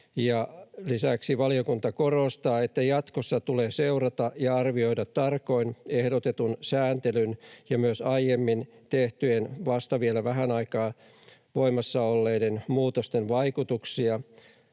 Lisäksi valiokunta korostaa, että jatkossa tulee seurata ja arvioida tarkoin ehdotetun sääntelyn ja myös aiemmin tehtyjen vasta vähän aikaa voimassa olleiden muutosten vaikutuksia,